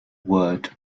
word